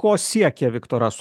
ko siekia viktoras